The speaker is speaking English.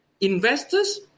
investors